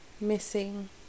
missing